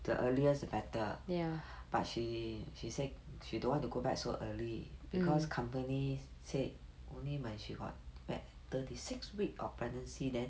the earlier the better but she she say she don't want to go back so early because company say only when she got what thirty six weeks of pregnancy then